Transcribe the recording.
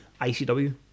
ICW